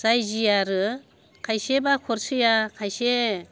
जाय जि आरो खायसे बाखर सैया खायसे